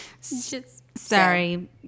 Sorry